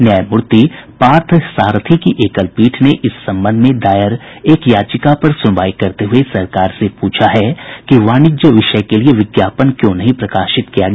न्यायमूर्ति पार्थ सारथी की एकल पीठ ने इस संबंध में दायर एक याचिका पर सुनवाई करते हुये सरकार से पूछा है कि वाणिज्य विषय के लिये विज्ञापन क्यों नहीं प्रकाशित किया गया